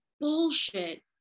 bullshit